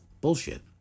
bullshit